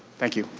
thank you.